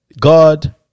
God